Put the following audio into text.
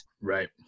Right